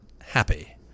happy